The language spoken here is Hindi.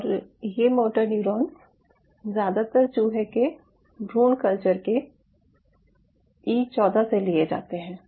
और ये मोटर न्यूरॉन्स ज़्यादातर चूहे के भ्रूण कल्चर के ई 14 से लिए जाते हैं